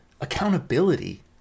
accountability